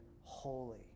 holy